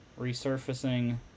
resurfacing